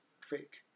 fake